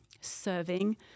serving